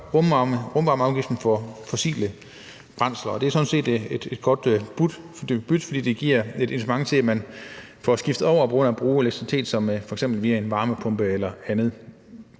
rumvarmeafgiften på fossile brændsler, og det er sådan set et godt bytte, fordi det giver et incitament til, at man får skiftet over til at bruge elektricitet til opvarmning f.eks. via en varmepumpe eller andet.